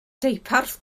deuparth